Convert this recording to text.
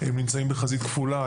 הם נמצאים בחזית כפולה,